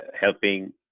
helping